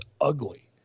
ugly